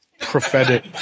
prophetic